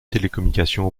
télécommunications